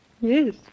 Yes